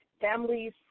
families